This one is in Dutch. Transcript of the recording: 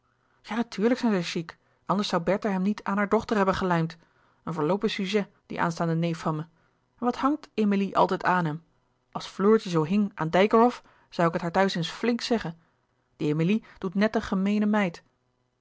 zijn ze chic anders zoû bertha hem niet aan haar dochter hebben gelijmd een verloopen sujet die aanstaande neef van me en wat hangt emilie altijd aan hem als floortje zoo hing aan dijkerhof zoû ik het haar thuis eens flink zeggen die emilie doet net een gemeene meid